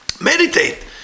meditate